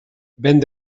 vent